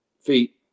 feet